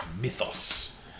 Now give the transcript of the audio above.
Mythos